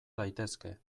daitezke